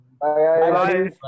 Bye